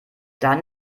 dann